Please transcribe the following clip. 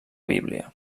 bíblia